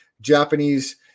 Japanese